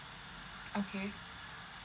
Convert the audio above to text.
okay